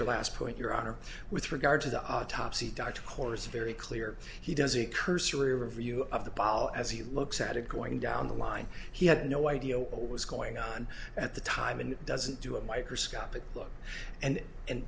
your last point your honor with regard to the autopsy doctor course very clear he does a cursory review of the ball as he looks at it going down the line he had no idea what was going on at the time and doesn't do a microscopic look and and